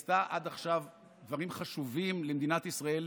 היא עשתה עד עכשיו דברים חשובים למדינת ישראל,